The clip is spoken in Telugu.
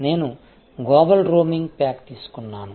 నేను గ్లోబల్ రోమింగ్ ప్యాక్ తీసుకున్నాను